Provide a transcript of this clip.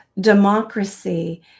democracy